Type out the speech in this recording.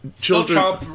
children